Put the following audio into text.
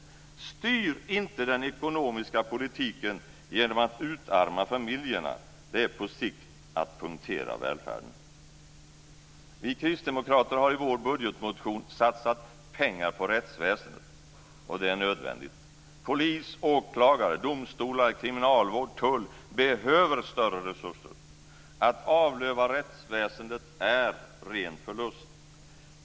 Styr inte den ekonomiska politiken genom att utarma familjerna! Det är på sikt att punktera välfärden. Vi kristdemokrater har i vår budgetmotion satsat pengar på rättsväsendet, och det är nödvändigt. Polis, åklagare, domstolar, kriminalvård och tull behöver större resurser. Att avlöva rättsväsendet är en ren förlust.